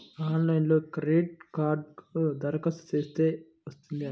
ఆన్లైన్లో క్రెడిట్ కార్డ్కి దరఖాస్తు చేస్తే వస్తుందా?